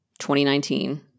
2019